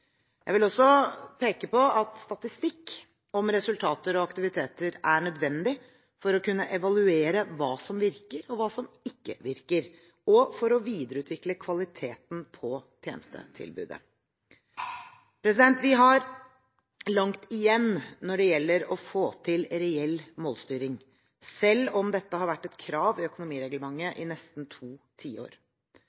Jeg vil også peke på at statistikk om resultater og aktiviteter er nødvendig for å kunne evaluere hva som virker og hva som ikke virker, og for å videreutvikle kvaliteten på tjenestetilbudet. Vi har langt igjen når det gjelder å få til reell målstyring, selv om dette har vært et krav i økonomireglementet